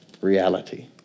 Reality